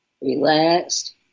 Relaxed